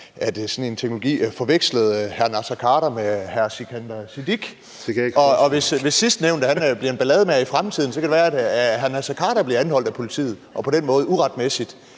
at sådan en teknologi forvekslede hr. Naser Khader med hr. Sikandar Siddique. Og hvis sidstnævnte bliver en ballademager i fremtiden, kan det være, at hr. Naser Khader bliver anholdt af politiet og på den måde uretmæssigt